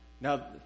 Now